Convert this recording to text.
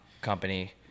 Company